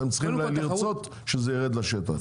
אתם צריכים לרצות שזה יירד לשטח.